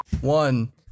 One